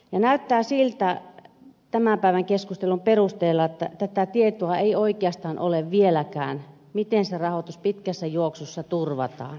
näyttää siltä tämän päivän keskustelun perusteella että tätä tietoa ei oikeastaan ole vieläkään miten se rahoitus pitkässä juoksussa turvataan